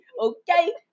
Okay